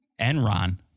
Enron